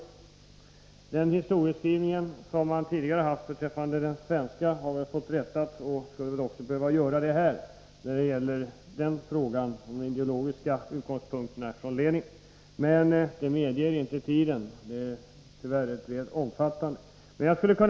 Den svenska historieskrivning han tidigare gjort har fått rättas, och det skulle också behöva göras när det gäller frågan om de ideologiska utgångspunkterna för Lenin. Det skulle tyvärr bli alltför omfattande, och det medger inte tiden.